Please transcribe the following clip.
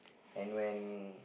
and when